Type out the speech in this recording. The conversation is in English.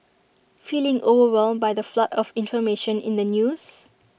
feeling overwhelmed by the flood of information in the news